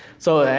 so,